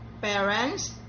parents